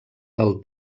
del